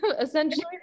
essentially